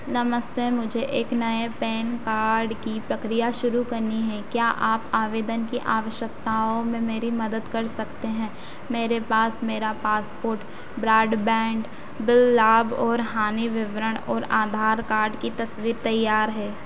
नमस्ते मुझे एक नए पैन कार्ड की प्रक्रिया शुरू करनी है क्या आप आवेदन की आवश्यकताओं में मेरी मदद कर सकते हैं मेरे पास मेरा पासपोर्ट ब्रॉडबैंड बिल लाभ और हानि विवरण और आधार कार्ड की तस्वीर तैयार है